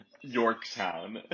Yorktown